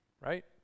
right